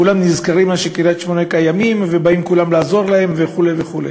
שאז כולם נזכרים שקריית-שמונה קיימת ובאים כולם לעזור להם וכו' וכו'.